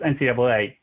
NCAA